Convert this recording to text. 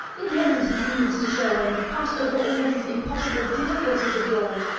in heaven's name, mr. sherwin, pass over all these impossible difficulties of yours!